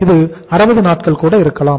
இது 60 நாட்கள் இருக்கலாம்